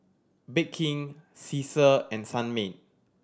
Bake King Cesar and Sunmaid